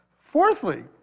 Fourthly